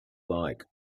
like